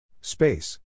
Space